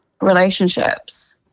relationships